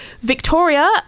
Victoria